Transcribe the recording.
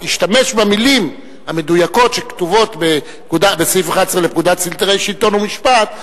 השתמש במלים המדויקות שכתובות בסעיף 11 לפקודת סדרי שלטון ומשפט,